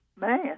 Man